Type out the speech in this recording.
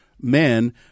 men